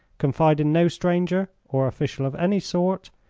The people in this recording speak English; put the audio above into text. confide in no stranger, or official of any sort,